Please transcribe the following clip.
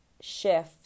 shift